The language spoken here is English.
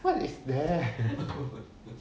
what is that